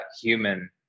human